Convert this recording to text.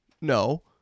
No